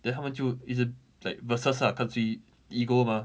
then 他们就一直 like versus ah 看谁 ego mah